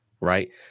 right